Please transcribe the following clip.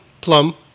plum